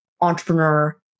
entrepreneur